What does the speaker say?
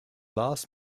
last